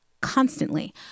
constantly